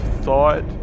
thought